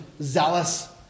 zealous